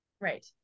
right